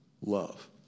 love